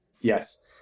yes